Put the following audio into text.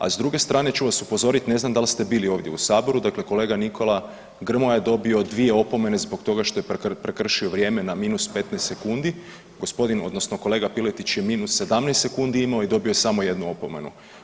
A s druge strane ću vas upozoriti, ne znam da li ste bili ovdje u Saboru, dakle kolega Nikola Grmoja je dobio 2 opomene zbog toga što je prekršio vrijeme na -15 sekundi, gospodin, odnosno kolega Piletić je -17 sekundi imao i dobio je samo jednu opomenu.